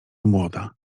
młoda